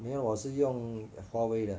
没有我是用 Huawei 的